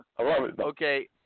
Okay